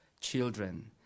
children